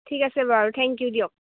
ঠিক আছে বাৰু থেংক ইউ দিয়ক